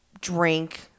drink